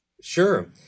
Sure